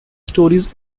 stories